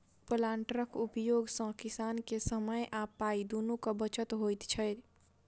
प्लांटरक उपयोग सॅ किसान के समय आ पाइ दुनूक बचत होइत छै